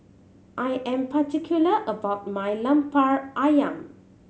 I am particular about my Lemper Ayam